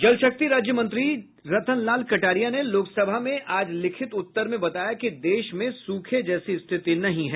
जलशक्ति राज्यमंत्री रतन लाल कटारिया ने लोकसभा में आज लिखित उत्तर में बताया कि देश में सूखे जैसी रिथति नहीं है